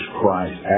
Christ